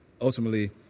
ultimately